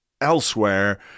elsewhere